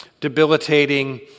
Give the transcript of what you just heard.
debilitating